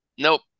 nope